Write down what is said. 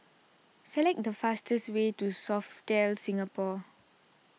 select the fastest way to Sofitel Singapore